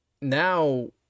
Now